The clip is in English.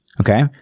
Okay